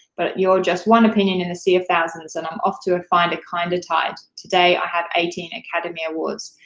but you're just one opinion in a sea of thousands, and i'm off to ah find a kinder kind of tide. today, i have eighteen academy awards.